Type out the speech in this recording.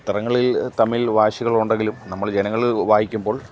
പത്രങ്ങളിൽ തമ്മിൽ വാശികൾ ഉണ്ടെങ്കിലും നമ്മൾ ജനങ്ങൾ വായിക്കുമ്പോൾ